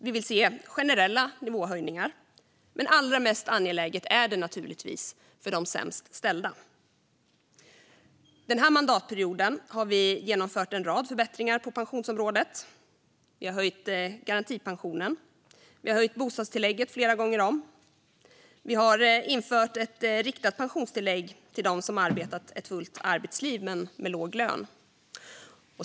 Vi vill se generella nivåhöjningar, men allra mest angeläget är det naturligtvis för de sämst ställda. Den här mandatperioden har vi genomfört en rad förbättringar på pensionsområdet. Vi har höjt garantipensionen. Vi har höjt bostadstillägget flera gånger om. Vi har infört ett riktat pensionstillägg till dem som har arbetat ett fullt arbetsliv men med låg lön.